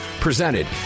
Presented